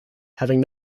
having